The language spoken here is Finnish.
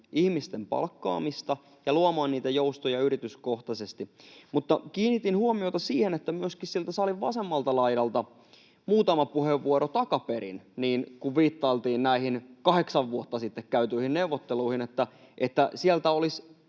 ihmisten palkkaamista ja luomaan niitä joustoja yrityskohtaisesti. Mutta kiinnitin huomiota siihen, että — muutama puheenvuoro takaperin viittailtiin näihin kahdeksan vuotta sitten käytyihin neuvotteluihin, että sieltä olisi